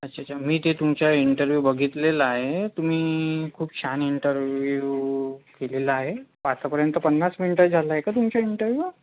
अच्छा अच्छा मी ते तुमच्या इंटरव्यू बघितलेला आहे तुम्ही खूप छान इंटरविव दिलेला आहे आतापर्यंत पन्नास मिनटं झाला आहे का तुमचा इंटरव्यू